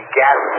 gas